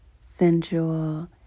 sensual